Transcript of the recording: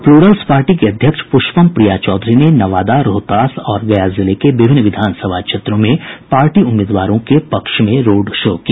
Plurals party की अध्यक्ष प्रष्पमा प्रिया चौधरी ने नवादा रोहतास और गया जिले के विभिन्न विधानसभा क्षेत्रों में पार्टी उम्मीदवारों के पक्ष में रोड शो किया